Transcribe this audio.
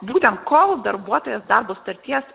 būtent kol darbuotojas darbo sutarties